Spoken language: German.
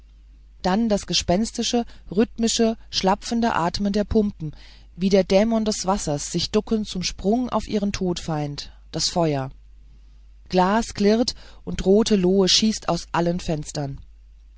dann das gespenstische rhythmische schlapfende atmen der pumpen wie die dämonen des wassers sich ducken zum sprung auf ihren todfeind das feuer glas klirrt und rote lohe schießt aus allen fenstern